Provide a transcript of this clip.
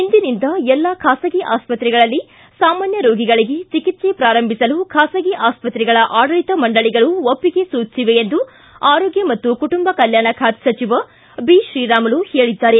ಇಂದಿನಿಂದ ಎಲ್ಲಾ ಖಾಸಗಿ ಆಸ್ವತ್ರೆಗಳಲ್ಲಿ ಸಾಮಾನ್ಯ ರೋಗಿಗಳಿಗೆ ಚಿಕಿತ್ಸೆ ಪ್ರಾರಂಭಿಸಲು ಖಾಸಗಿ ಆಸ್ವತ್ರೆಗಳ ಆಡಳಿತ ಮಂಡಳಿಗಳು ಒಪ್ಪಿಗೆ ಸೂಚಿಸಿವೆ ಎಂದು ಆರೋಗ್ಯ ಮತ್ತು ಕುಟುಂಬ ಕಲ್ಕಾಣ ಖಾತೆ ಸಚಿವ ಬಿತ್ರೀರಾಮುಲು ಹೇಳಿದ್ದಾರೆ